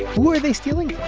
who are they stealing